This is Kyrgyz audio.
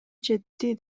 жетти